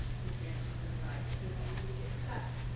ms. anderson and i, because we would get cut.